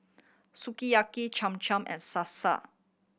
Sukiyaki Cham Cham and Sasa